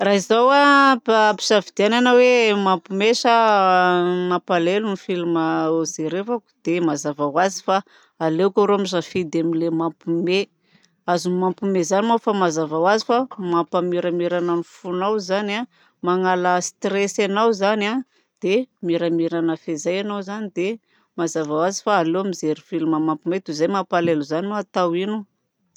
Raha izaho ampisafidianana hoe mampiomehy sa mampalahelo ny film hojerevako dia mazava ho azy fa aleoko arô misafidy ny film mampiomehy. Azony mampiomehy zany moa efa mazava ho azy fa mampahamiramirana ny fonao zany, magnala stresse anao zany dia miramirana fezay ianao zany mazava ho azy zany. Fa aleo mijery film mampiomehy toy izay mampalahelo zany atao inona.